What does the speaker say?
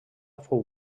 fou